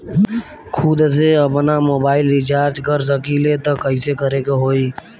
खुद से आपनमोबाइल रीचार्ज कर सकिले त कइसे करे के होई?